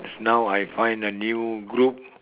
now I find a new group